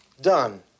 Done